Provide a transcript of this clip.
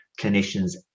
clinicians